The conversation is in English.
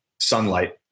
sunlight